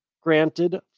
granted